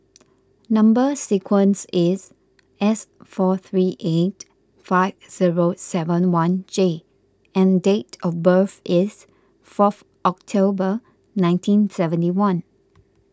Number Sequence is S four three eight five zero seven one J and date of birth is fourth October nineteen seventy one